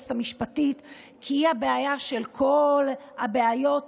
היועצת המשפטית כי היא הבעיה של כל הבעיות,